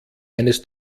eines